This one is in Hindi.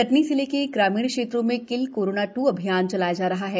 कटनी जिले के ग्रामीण क्षेत्रों में किल कोरोना टू अभियान चलाया जा रहा है